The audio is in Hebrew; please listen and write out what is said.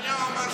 כמו שנתניהו אמר,